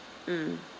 mm